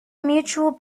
mutual